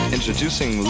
Introducing